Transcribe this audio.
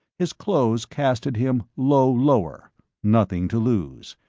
his clothes casted him low-lower nothing to lose.